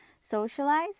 socialize